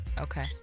Okay